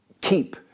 keep